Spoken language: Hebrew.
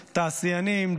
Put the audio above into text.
תעשיינים,